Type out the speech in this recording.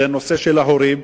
זה נושא של ההורים,